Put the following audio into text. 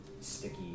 sticky